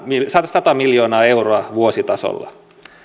sata sata miljoonaa euroa vuositasolla